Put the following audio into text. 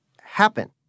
happen